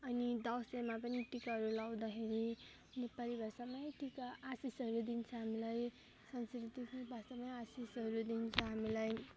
अनि दसैँमा पनि टिकाहरू लाउँदाखेरि नेपाली भाषामै टिका आशिषहरू दिन्छ हामीलाई हजुर भाषामै आशिषहरू दिन्छ हामीलाई